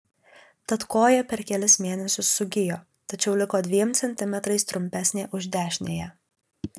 tad koja per kelis mėnesius sugijo tačiau liko dviem centimetrais trumpesnė už dešiniąją